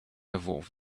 evolved